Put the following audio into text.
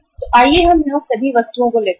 तो आइए हम यहां सभी वस्तुओं को लेते हैं